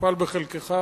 שנפל בחלקך,